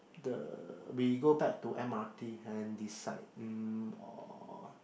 the we go back to m_r_t and decide mm or